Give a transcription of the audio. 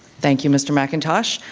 thank you, mr. mcintosh.